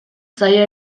zaila